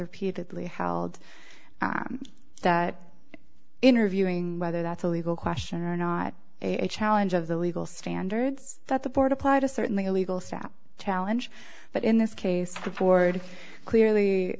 repeatedly held that interviewing whether that's a legal question or not a challenge of the legal standards that the board applied is certainly a legal step challenge but in this case the board clearly